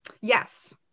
Yes